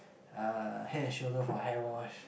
uh head and shoulder for hair wash